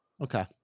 Okay